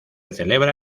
celebra